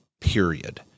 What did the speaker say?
period